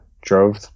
drove